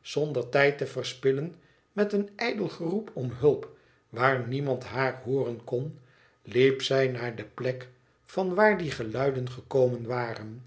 zonder tijd te verspillen met een ijdel geroep om hulp waar niemand haar hooren kon liep zij naar de plek van waar die geluiden gekomen waren